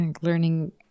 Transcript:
learning